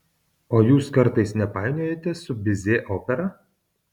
o jūs kartais nepainiojate su bizė opera